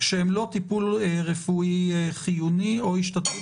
שהם לא טיפול רפואי חיוני או השתתפות